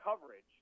coverage